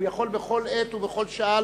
הוא יכול בכל עת ובכל שעה,